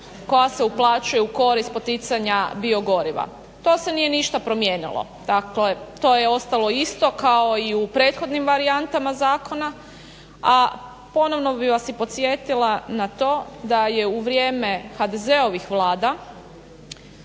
koja se uplaćuje u korist poticanja biogoriva. To se nije ništa promijenilo. Dakle, to je ostalo isto kao i u prethodnim varijantama zakona. A ponovno bih vas i podsjetila na to da je u vrijeme HDZ-ovih Vlada